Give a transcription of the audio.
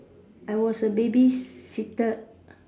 I was a baby sitter